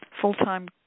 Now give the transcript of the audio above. full-time